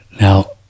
Now